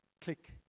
click